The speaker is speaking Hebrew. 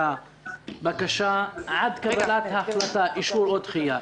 הבקשה ועד קבלת ההחלטה: אישור או דחייה.